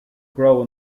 grow